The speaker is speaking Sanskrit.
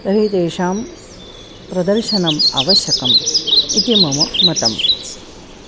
तर्हि तेषां प्रदर्शनम् आवश्यकम् इति मम मतम्